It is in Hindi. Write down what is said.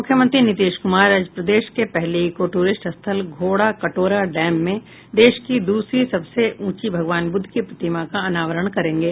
मूख्यमंत्री नीतीश क्मार आज प्रदेश के पहले इको ट्ररिस्ट स्थल घोड़ाकटोरा डैम में देश की दूसरी सबसे उंची भगवान बुद्ध की प्रतिमा का अनावरण करेंगे